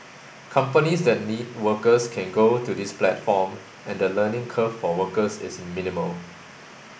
companies that need workers can go to this platform and the learning curve for workers is minimal